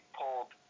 pulled